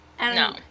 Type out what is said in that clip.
No